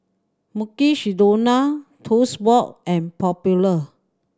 Mukshidonna Toast Box and Popular